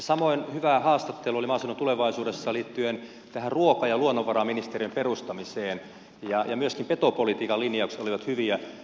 samoin hyvä haastattelu oli maaseudun tulevaisuudessa liittyen tähän ruoka ja luonnonvaraministeriön perustamiseen ja myöskin petopolitiikan linjaukset olivat hyviä